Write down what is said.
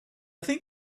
think